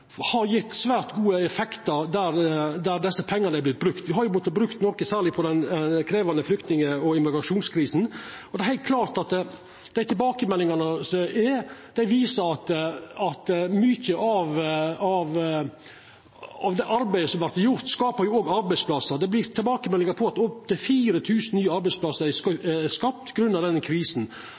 har gjeve svært gode effektar der desse pengane har vorte brukte. Me har jo måtta bruka noko, særleg på den krevjande flyktning- og immigrasjonskrisa, men det er heilt klart at tilbakemeldingane viser at mykje av det arbeidet som vert gjort, òg skaper arbeidsplassar. Me har fått tilbakemeldingar om at opptil 4 000 nye arbeidsplassar